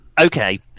okay